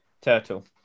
Turtle